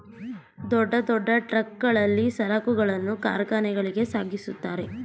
ದೊಡ್ಡ ದೊಡ್ಡ ಟ್ರಕ್ ಗಳಲ್ಲಿ ಸರಕುಗಳನ್ನು ಕಾರ್ಖಾನೆಗಳಿಗೆ ಸಾಗಿಸುತ್ತಾರೆ